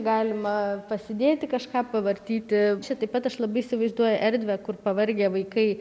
galima pasidėti kažką pavartyti čia taip pat aš labai įsivaizduoju erdvę kur pavargę vaikai